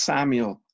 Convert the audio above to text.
Samuel